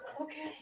Okay